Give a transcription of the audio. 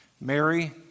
Mary